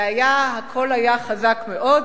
והקול היה חזק מאוד.